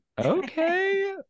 Okay